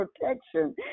protection